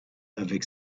avec